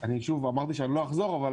אמרתי שלא אחזור על הדברים,